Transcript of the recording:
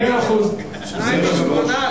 שניים משמונה,